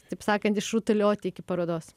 taip sakant išrutulioti iki parodos